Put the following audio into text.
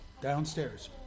Downstairs